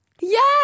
Yes